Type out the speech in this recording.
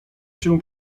się